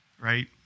right